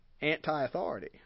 Anti-authority